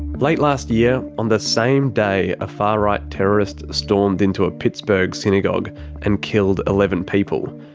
late last year, on the same day a far right terrorist stormed into a pittsburgh synagogue and killed eleven people,